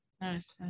Nice